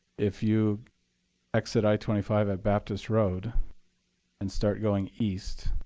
if you exit i twenty five at baptist road and start going east,